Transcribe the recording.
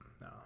no